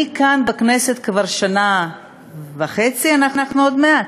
אני כאן בכנסת כבר שנה וחצי עוד מעט,